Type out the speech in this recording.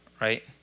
right